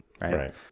right